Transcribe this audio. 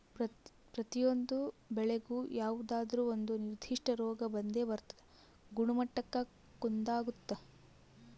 ಪ್ರತಿಯೊಂದು ಬೆಳೆಗೂ ಯಾವುದಾದ್ರೂ ಒಂದು ನಿರ್ಧಿಷ್ಟ ರೋಗ ಬಂದೇ ಬರ್ತದ ಗುಣಮಟ್ಟಕ್ಕ ಕುಂದಾಗುತ್ತ